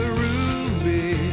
ruby